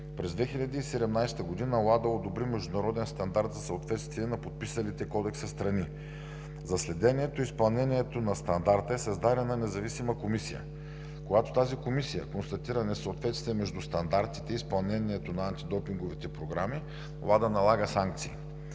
През 2017 г. WADA одобри международен стандарт за съответствие на подписалите Кодекса страни. За следенето и изпълнението на стандарта е създадена независима комисия. Когато тази комисия констатира несъответствие между стандартите и изпълнението на антидопинговите програми WADA, налага санкции.